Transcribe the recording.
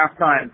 Halftime